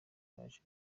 baje